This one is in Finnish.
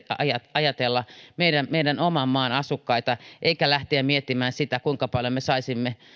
ajatella meidän meidän oman maan asukkaita eikä lähteä miettimään kuinka paljon me saisimme